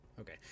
Okay